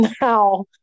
now